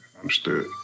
Understood